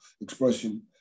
expression